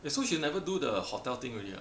eh so she never do the hotel thing already lah